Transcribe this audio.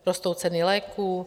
Rostou ceny léků.